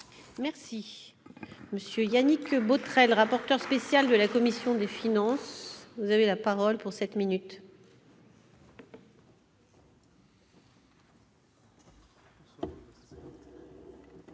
Merci Monsieur Yannick. Que Botrel, rapporteur spécial de la commission du. Finances, vous avez la parole pour 7 minutes.